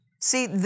See